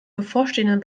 bevorstehenden